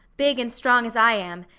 big and strong as i am,